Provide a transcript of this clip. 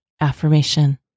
AFFIRMATION